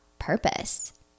Purpose